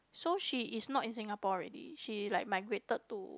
so she is not in Singapore already she like migrated to